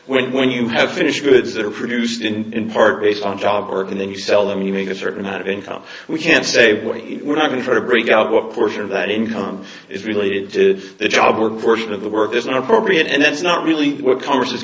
when when you have finished goods that are produced in part based on job work and then you sell them you make a certain amount of income we can't say we were not going to break out what portion of that income is related to the job workforce of the work is not appropriate and that's not really what congress